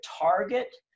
target